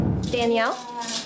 Danielle